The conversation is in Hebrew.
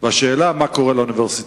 והשאלה היא מה קורה לאוניברסיטאות.